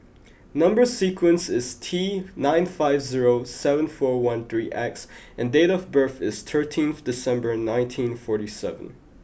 number sequence is T nine five zero seven four one three X and date of birth is thirteenth December nineteen forty seven